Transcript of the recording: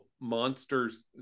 monsters